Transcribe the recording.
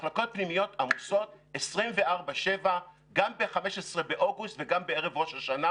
המחלקות הפנימיות עמוסות 24/7 גם ב-15 באוגוסט וגם בערב ראש השנה,